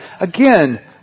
again